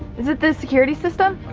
is it the security system?